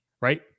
right